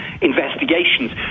investigations